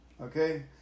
Okay